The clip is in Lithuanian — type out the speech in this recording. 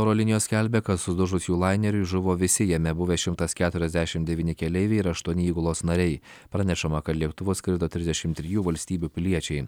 oro linijos skelbia kad sudužus jų laineriui žuvo visi jame buvę šimtas keturiasdešimt devyni keleiviai ir aštuoni įgulos nariai pranešama kad lėktuvas skrido trisdešimt trijų valstybių piliečiai